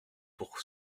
pour